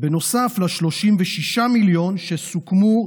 נוסף על 36 מיליון שקלים שסוכמו,